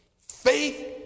Faith